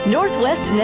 Northwest